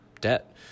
debt